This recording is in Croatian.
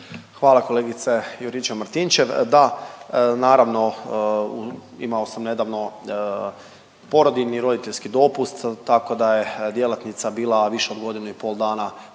Hvala kolegice Juričev Martinčev, da naravno imao sam nedavno porodiljni i roditeljski dopust tako da je djelatnica bila više od godinu i pol dana